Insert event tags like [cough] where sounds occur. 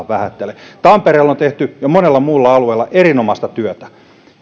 [unintelligible] vähättele tampereella ja monella muulla alueella on tehty erinomaista työtä